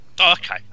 Okay